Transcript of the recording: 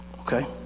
Okay